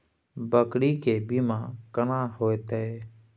बकरी के बीमा केना होइते?